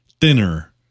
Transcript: thinner